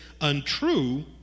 untrue